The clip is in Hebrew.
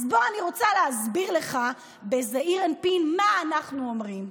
אז אני רוצה להסביר לך בזעיר אנפין מה אנחנו אומרים,